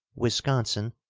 wisconsin,